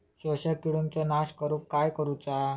शोषक किडींचो नाश करूक काय करुचा?